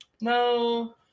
no